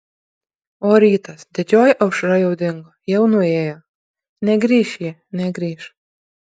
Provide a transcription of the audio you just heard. o rytas didžioji aušra jau dingo jau nuėjo negrįš ji negrįš